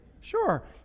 Sure